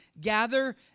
gather